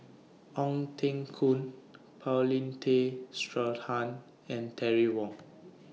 Ong Teng Koon Paulin Tay Straughan and Terry Wong